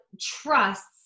trusts